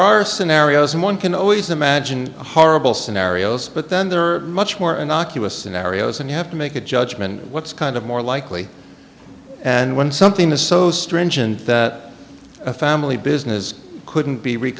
are scenarios one can always imagine horrible scenarios but then there are much more and oculus scenarios and you have to make a judgement what's kind of more likely and when something is so stringent that a family business couldn't be re